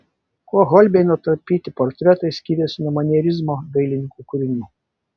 kuo holbeino tapyti portretai skiriasi nuo manierizmo dailininkų kūrinių